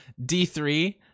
D3